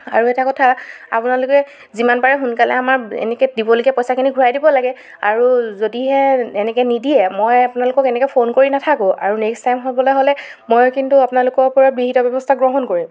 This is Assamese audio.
আৰু এটা কথা আপোনালোকে যিমান পাৰে সোনকালে আমাৰ এনেকৈ দিবলগীয়া পইচাখিনি ঘুৰাই দিব লাগে আৰু যদিহে এনেকৈ নিদিয়ে মই আপোনালোকক এনেকৈ ফোন কৰি নাথাকো আৰু নেক্সট টাইম হ'বলৈ হ'লে মই কিন্তু আপোনালোকৰ ওপৰত বিহিত ব্যৱস্থা গ্ৰহণ কৰিম